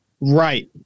Right